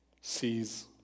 sees